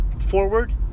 forward